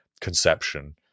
conception